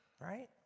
right